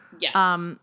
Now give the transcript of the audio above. Yes